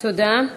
תודה.